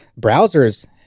browsers